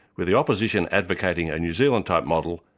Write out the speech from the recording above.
with the opposition advocating a new zealand type model,